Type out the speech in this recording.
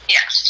Yes